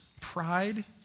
pride